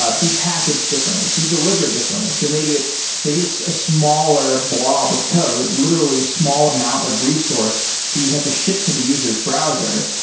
ah be packaged differently, be delivered differently. so maybe it's maybe it's a smaller blob of code. literally, a small amount of resource that you have to ship to the user's browser.